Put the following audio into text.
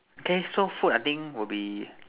okay so food I think will be